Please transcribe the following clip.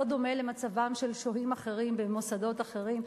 דומה למצבם של שוהים אחרים במוסדות אחרים,